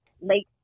late